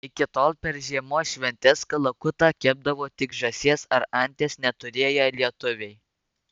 iki tol per žiemos šventes kalakutą kepdavo tik žąsies ar anties neturėję lietuviai